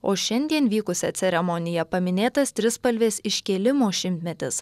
o šiandien vykusia ceremonija paminėtas trispalvės iškėlimo šimtmetis